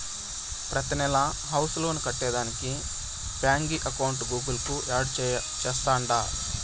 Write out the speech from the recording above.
ప్రతినెలా house loan కట్టేదానికి బాంకీ అకౌంట్ గూగుల్ కు యాడ్ చేస్తాండా